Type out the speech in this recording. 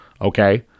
Okay